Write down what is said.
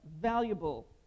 valuable